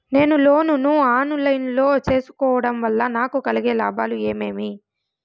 నేను లోను ను online లో సేసుకోవడం వల్ల నాకు కలిగే లాభాలు ఏమేమీ?